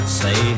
say